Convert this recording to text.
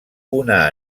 una